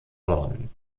worden